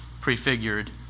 prefigured